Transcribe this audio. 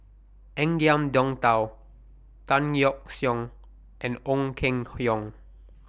Ngiam Tong Dow Tan Yeok Seong and Ong Keng Yong